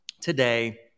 today